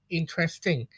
interesting